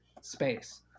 space